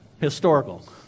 historical